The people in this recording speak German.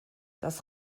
das